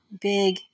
big